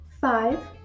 five